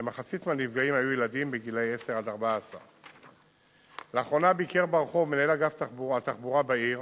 כמחצית מהנפגעים היו ילדים גילאי 10 14. 2. לאחרונה ביקר ברחוב מנהל אגף התחבורה בעיר,